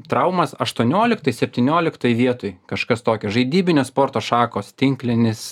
traumas aštuonioliktoj septynioliktoj vietoj kažkas tokio žaidybinės sporto šakos tinklinis